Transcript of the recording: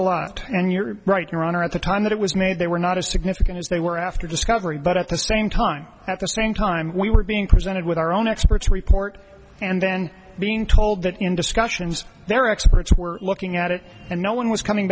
lot and you're right your honor at the time that it was made they were not as significant as they were after discovery but at the same time at the same time we were being presented with our own expert's report and then being told that in discussions there experts were looking at it and no one was coming